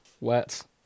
Wet